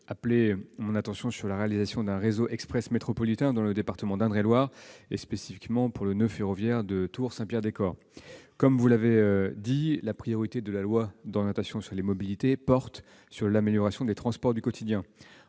appeler mon attention sur la réalisation d'un réseau express métropolitain dans le département d'Indre-et-Loire, notamment pour le noeud ferroviaire de Tours-Saint-Pierre-des-Corps. Vous l'avez rappelé, la priorité du projet de loi d'orientation des mobilités porte sur l'amélioration des transports du quotidien.